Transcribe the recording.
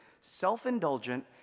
self-indulgent